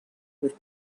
with